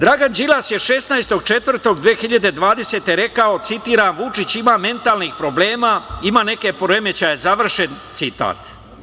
Dragan Đilas je 16.4.2020. rekao, citiram – „Vučić ima mentalnih problema, ima neke poremećaje“, završen citat.